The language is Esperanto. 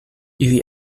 ili